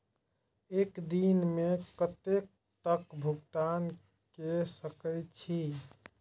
एक दिन में कतेक तक भुगतान कै सके छी